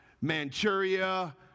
Manchuria